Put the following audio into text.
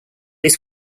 his